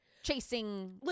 Chasing